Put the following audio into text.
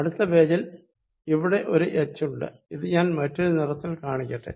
അടുത്ത പേജിൽ ഒരു h ഇവിടെ ഉണ്ട് ഇത് ഞാൻ മറ്റൊരു നിറത്തിൽ കാണിക്കട്ടെ